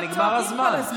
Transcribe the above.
והם רק צועקים כל הזמן.